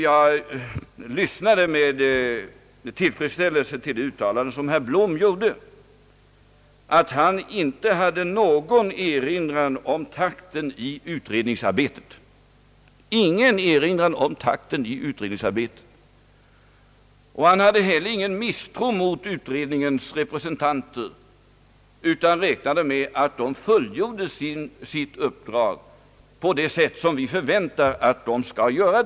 Jag lyssnade med tillfredsställelse till herr Bloms uttalande, att han inte hade någon erinran att göra om takten i utredningsarbetet. Han hade heller ingen misstro mot utredningens representanter utan räknade med att de fullgjorde sitt uppdrag på det sätt som vi förväntar att de skall göra.